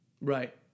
Right